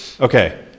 Okay